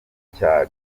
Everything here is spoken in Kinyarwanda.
cya